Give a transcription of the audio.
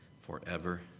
forever